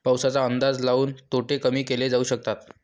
पाऊसाचा अंदाज लाऊन तोटे कमी केले जाऊ शकतात